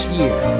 year